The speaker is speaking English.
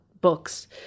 books